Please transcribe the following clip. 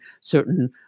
certain